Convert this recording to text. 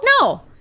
no